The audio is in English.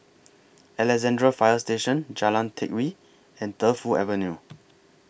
Alexandra Fire Station Jalan Teck Whye and Defu Avenue